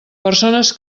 persones